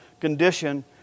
condition